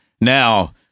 Now